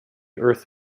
earth